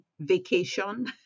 vacation